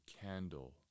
candle